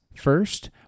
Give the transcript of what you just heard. First